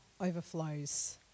overflows